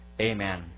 Amen